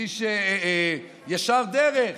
איש ישר דרך,